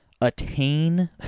attain